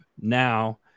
now